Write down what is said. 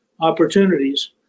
opportunities